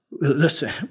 Listen